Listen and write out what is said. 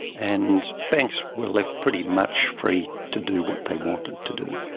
and banks were left pretty much free to do what they wanted to do.